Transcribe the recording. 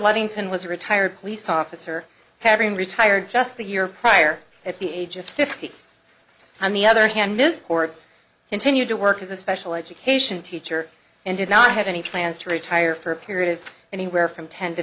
livingston was a retired police officer having retired just the year prior at the age of fifty on the other hand miss or its intended to work as a special education teacher and did not have any plans to retire for a period of anywhere from ten to